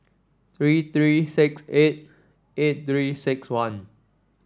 three three six eight eight Three six one